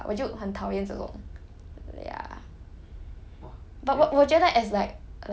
我不会有那种很 like party and everything 的 lah 我就很讨厌这种 ya